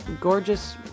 gorgeous